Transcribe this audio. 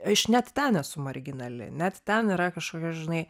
aš net ten esu marginali net ten yra kažkokia žinai